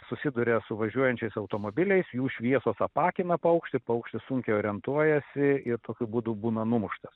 susiduria su važiuojančiais automobiliais jų šviesos apakina paukštį paukštis sunkiai orientuojasi ir tokiu būdu būna numuštas